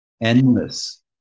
endless